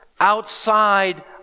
outside